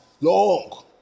Long